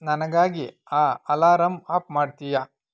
ನನಗಾಗಿ ಆ alarm off ಮಾಡ್ತೀಯಾ